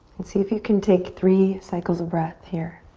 and see if you can take three cycles of breath here.